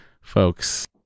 folks